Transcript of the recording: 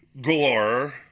Gore